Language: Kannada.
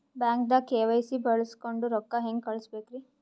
ಬ್ಯಾಂಕ್ದಾಗ ಕೆ.ವೈ.ಸಿ ಬಳಸ್ಕೊಂಡ್ ರೊಕ್ಕ ಹೆಂಗ್ ಕಳಸ್ ಬೇಕ್ರಿ?